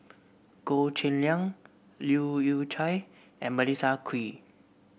Goh Cheng Liang Leu Yew Chye and Melissa Kwee